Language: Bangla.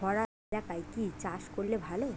খরা এলাকায় কি চাষ করলে ভালো?